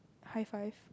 high five